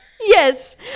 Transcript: Yes